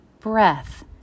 breath